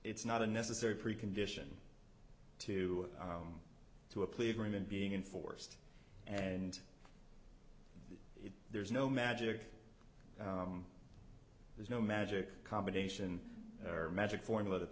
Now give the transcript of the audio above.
it's not a necessary precondition to to a plea agreement being enforced and there's no magic there's no magic combination or magic formula that